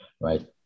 right